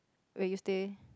where you stay